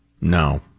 No